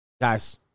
Guys